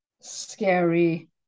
scary